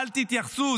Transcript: אל תתייחסו,